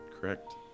correct